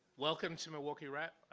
welcome to milwaukee rep,